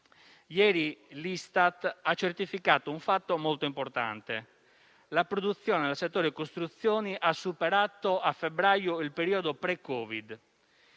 Ieri l'Istat ha certificato un fatto molto importante: la produzione nel settore delle costruzioni ha superato a febbraio il periodo pre-Covid,